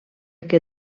que